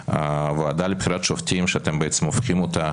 הועדה לבחירת שופטים שאתם בעצם הופכים אותה